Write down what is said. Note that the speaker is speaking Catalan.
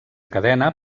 cadena